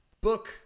Book